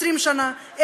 20 שנה,